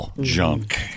junk